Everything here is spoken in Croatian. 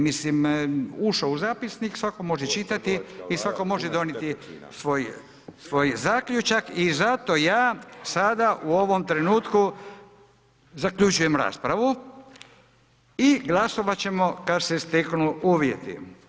Mislim, ušlo je u zapisnik, svatko može čitati i svatko može donijeti svoj zaključak i zato ja sada u ovom trenutku zaključujem raspravu i glasovat ćemo kad se steknu uvjeti.